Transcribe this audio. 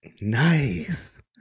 nice